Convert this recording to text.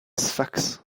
sfax